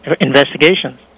investigations